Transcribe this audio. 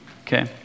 okay